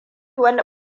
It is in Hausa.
wani